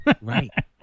right